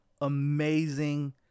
amazing